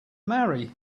marry